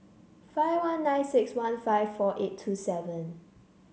five one nine six one five four eight two seven